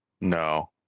No